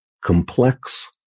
complex